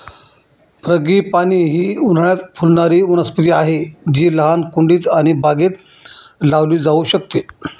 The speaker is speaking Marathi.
फ्रॅगीपानी ही उन्हाळयात फुलणारी वनस्पती आहे जी लहान कुंडीत आणि बागेत लावली जाऊ शकते